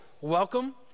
welcome